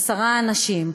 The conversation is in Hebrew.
עשרה אנשים,